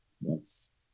Yes